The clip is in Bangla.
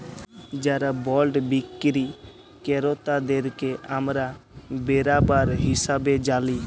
যারা বল্ড বিক্কিরি কেরতাদেরকে আমরা বেরাবার হিসাবে জালি